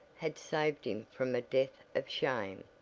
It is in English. had saved him from a death of shame.